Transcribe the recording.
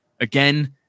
again